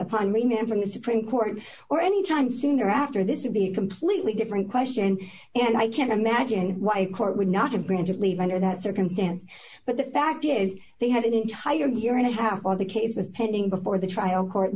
upon remembering the supreme court or any time soon thereafter this would be a completely different question and i can't imagine why the court would not have granted leave under that circumstance but the fact is they had an entire year and a half on the case was pending before the trial court